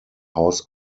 house